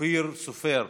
אופיר סופר,